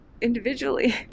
individually